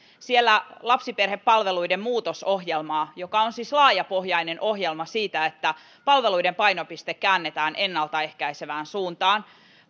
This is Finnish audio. siellä on lapsiperhepalveluiden muutosohjelma joka on siis laajapohjainen ohjelma siitä että palveluiden painopiste käännetään ennaltaehkäisevään suuntaan